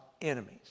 enemies